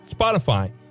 Spotify